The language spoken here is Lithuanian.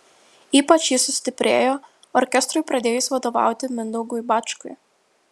ypač ji sustiprėjo orkestrui pradėjus vadovauti mindaugui bačkui